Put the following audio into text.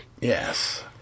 Yes